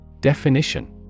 Definition